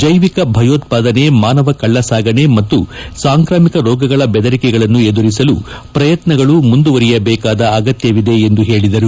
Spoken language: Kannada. ಜೈವಿಕ ಭಯೋತ್ತಾದನೆ ಮಾನವ ಕಳ್ಳಸಾಗಣೆ ಮತ್ತು ಸಾಂಕ್ರಾಮಿಕ ರೋಗಗಳ ಬೆದರಿಕೆಗಳನ್ನು ಎದುರಿಸಲು ಪ್ರಯತ್ನಗಳು ಮುಂದುವರಿಯಬೇಕಾದ ಅಗತ್ಭವಿದೆ ಎಂದು ಹೇಳಿದ್ದಾರೆ